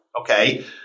Okay